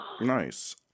Nice